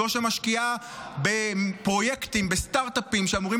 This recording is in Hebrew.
זו שמשקיעה בפרויקטים ובסטרט-אפים שאמורים